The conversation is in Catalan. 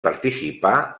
participà